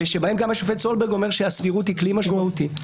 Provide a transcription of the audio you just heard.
ושבהם גם השופט סולברג אומר שהסבירות היא כלי משמעותי,